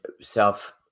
self